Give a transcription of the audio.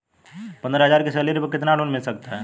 पंद्रह हज़ार की सैलरी पर कितना लोन मिल सकता है?